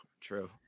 True